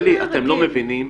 אתם לא מבינים.